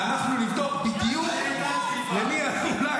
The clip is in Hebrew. ואנחנו נבדוק בדיוק למי ------ דליפה.